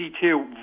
Two